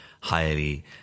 highly